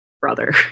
brother